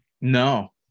No